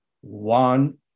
one